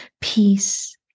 Peace